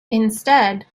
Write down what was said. instead